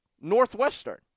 Northwestern